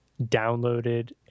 downloaded